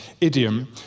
idiom